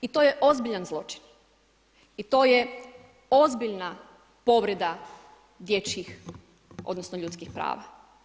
I to je ozbiljan zločin i to je ozbiljna povreda dječjih, odnosno, ljudskih prava.